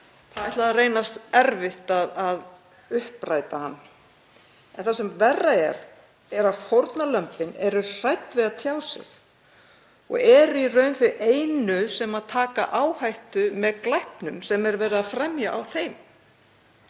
það ætlar að reynast erfitt að uppræta hann. En það sem verra er er að fórnarlömbin eru hrædd við að tjá sig og eru í raun þau einu sem taka áhættu með glæpnum sem verið er að fremja á þeim.